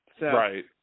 Right